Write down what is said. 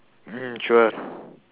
mm sure